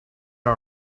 all